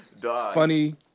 Funny